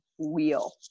wheel